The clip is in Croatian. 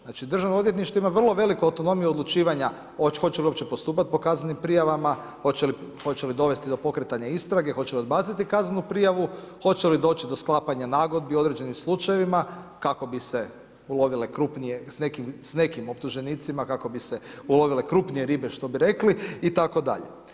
Znači državno odvjetništvo ima vrlo veliku autonomiju odlučivanja hoće li uopće postupati po kaznenim prijavama, hoće li dovesti do pokretanja istrage, hoće li odbaciti kaznenu prijavu, hoće li doći do sklapanja nagodbi u određenim slučajevima kako bi se ulovile krupnije s nekim optuženicima kako bi se ulovile krupnije ribe što bi rekli itd.